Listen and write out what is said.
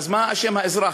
אז מה אשם האזרח?